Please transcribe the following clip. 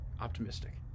optimistic